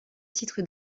titre